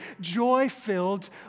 joy-filled